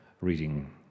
reading